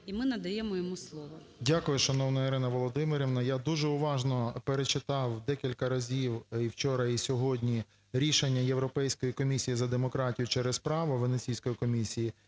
13:49:54 ВЛАСЕНКО С.В. Дякую, шановна Ірина Володимирівна. Я дуже уважно перечитав декілька разів, і вчора, і сьогодні, рішення Європейської комісії за демократію через право Венеціанської комісії